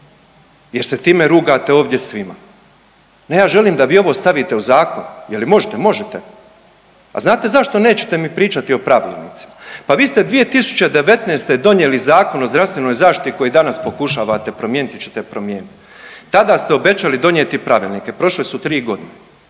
jer se time rugate ovdje svima. Ne, ja želim da vi ovo stavite u zakon. Je li možete? Možete. A znate zašto nećete mi pričati o pravilnicima? Pa vi ste 2019. donijeli Zakon o zdravstvenoj zaštiti koji danas pokušavate promijenit il ćete promijenit. Tada ste obećali donijeti pravilnike, prošle su 3 godine.